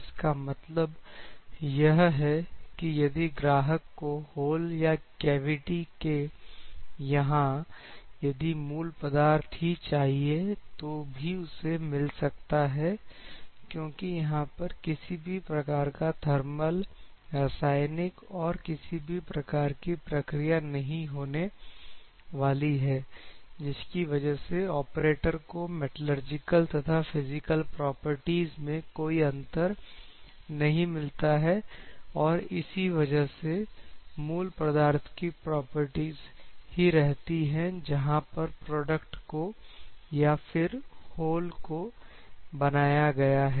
इसका मतलब यह है कि यदि ग्राहक को होल या कैविटी के यहां यदि मूल पदार्थ ही चाहिए तो भी उसे मिल सकता है क्योंकि यहां पर किसी भी प्रकार का थर्मल रासायनिक और किसी भी प्रकार की प्रक्रिया नहीं होने वाली है जिसकी वजह से ऑपरेटर को मेटालर्जिकल तथा फिजिकल प्रॉपर्टीज में कोई अंतर नहीं मिलता है और इसी वजह से मूल पदार्थ की प्रॉपर्टी ही रहती है जहां पर प्रोडक्ट को या फिर होल को बनाया गया है